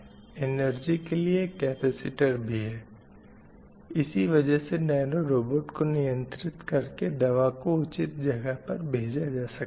energy के लिए एक कपैसिटर भी है इसी वजह से नैनो रोबोट को नियंत्रित करके दवा को उचित जगह पर भेजा जा सकता है